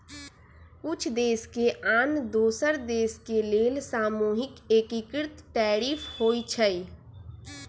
कुछ देश के आन दोसर देश के लेल सामूहिक एकीकृत टैरिफ होइ छइ